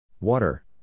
Water